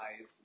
eyes